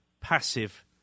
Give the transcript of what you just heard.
passive